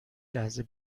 لحظه